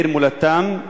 מעיר מולדתם,